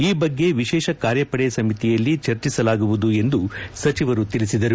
ಈ ಬಗ್ಗೆ ವಿಶೇಷ ಕಾರ್ಯಪಡೆ ಸಮಿತಿಯಲ್ಲಿ ಚರ್ಚಿಸಲಾಗುವುದು ಎಂದು ಸಚಿವರು ತಿಳಿಸಿದರು